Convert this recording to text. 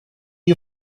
you